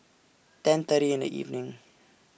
ten thirty in The evening